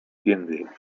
tiende